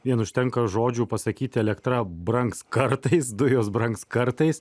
vien užtenka žodžių pasakyti elektra brangs kartais dujos brangs kartais